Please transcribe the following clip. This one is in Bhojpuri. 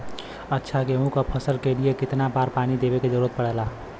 अच्छा गेहूँ क फसल के लिए कितना बार पानी देवे क जरूरत पड़ेला?